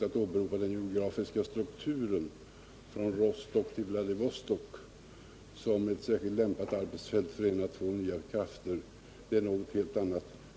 Att åberopa den geografiska strukturen ”från Rostock till Vladivostok” för att bevisa att det är ett särskilt lämpat arbetsfält för en eller två nya krafter är någonting helt annat.